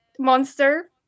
monster